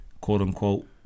quote-unquote